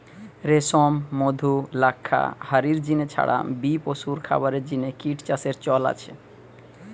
রেশম, মধু, লাক্ষা হারির জিনে ছাড়া বি পশুর খাবারের জিনে কিট চাষের চল আছে